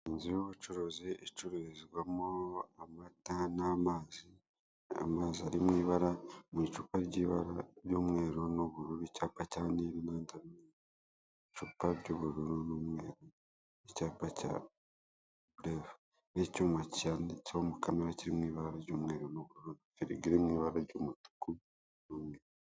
Inzu y'ubucuruzi icururizwamo amata n'amazi ari mu ibara mu icupa ry'umweru n'ubururu icyapa cya nile n'andi abiri ari mu icupa ry'ubururu n'umweru icyapa cya vurevu n'icyuma cyanditseho mukamira kiti mu ibara ry'umweru n'ubururu, firigo iri mu ibara ry'umutuku.